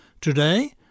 Today